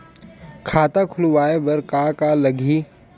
खाता खुलवाय बर का का लगही?